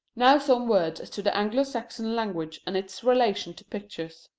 now some words as to the anglo-saxon language and its relation to pictures.